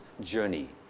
journey